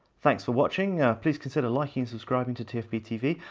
thanks for watching, please consider liking, subscribing to to tfb tv,